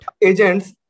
agents